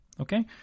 okay